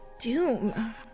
Doom